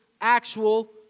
actual